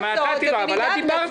ואני נתתי לו להתייחס,